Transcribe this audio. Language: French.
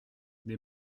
des